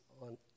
on